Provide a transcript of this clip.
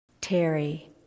Terry